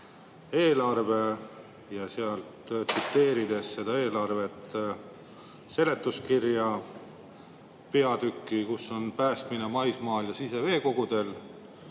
eelarve. Tsiteerin eelarve seletuskirja peatükki, kus on päästmine maismaal ja siseveekogudel.